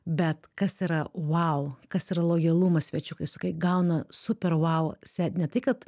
bet kas yra vau kas yra lojalumas svečių kai sakai gauna super vau se ne tai kad